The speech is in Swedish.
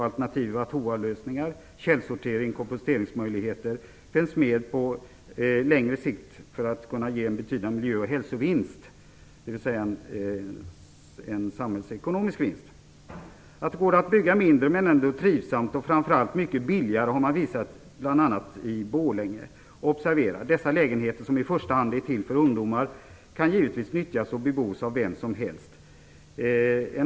Alternativa toalettlösningar, källsortering och komposteringsmöjligheter finns med på längre sikt för att kunna ge en betydande miljö och hälsovinst, dvs. en samhällsekonomisk vinst. Att det går att bygga mindre, men ändå trivsamt och framför allt mycket billigare har man visat bl.a. i Borlänge. Observera att dessa lägenheter som i första hand är avsedda för ungdomar givetvis kan nyttjas och bebos av vem som helst.